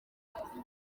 ukora